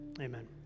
Amen